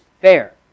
fair